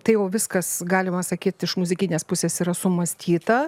tai jau viskas galima sakyt iš muzikinės pusės yra sumąstyta